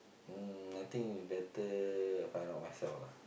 mm I think it's better I find out myself lah